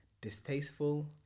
distasteful